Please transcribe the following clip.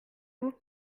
vous